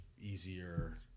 easier